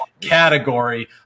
category